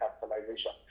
capitalization